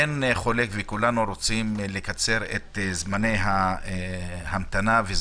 אין חולק וכולם רוצים לקצר את זמני ההמתנה ואת